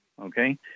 Okay